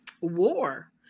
war